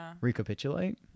recapitulate